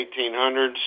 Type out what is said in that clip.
1800s